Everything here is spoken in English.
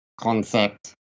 concept